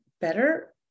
better